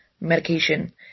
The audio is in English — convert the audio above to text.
medication